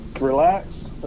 relax